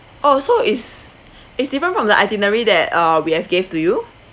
oh so is is different from the itinerary that uh we have gave to you